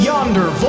Yonder